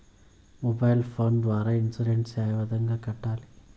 mobile phone ద్వారా insurance ఏ విధంగా కట్టాలి